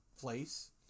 place